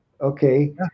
Okay